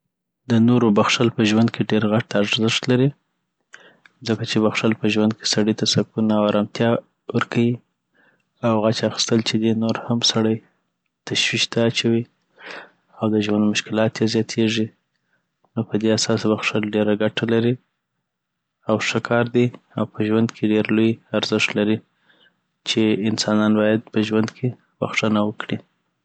د نورو بخښل په ژوند کي ډير غټ ارزښت لري ځکه چي بخښل په ژوند کی سړي ته سکون او ارامتیا ورکيی او غچ اخیستل چي دی نور هم سړي تشویش ته اچوي او د ژوند مشکلات یی زیاتیږي نو پدي اساس بخښل ډیره ګټه لری او ښه کار دی .او په ژوند کي ډیر لوی ارزښت لري چی انسانان باید په ژوند کی بخښنه وکړی